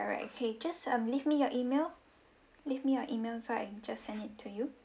alright okay just um leave me your email leave me your email so I can just send it to you